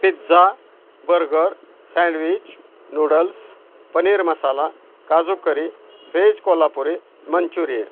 pizza burger sandwich noodles paneer masala kaju curry veg Kolhapuri Manchurian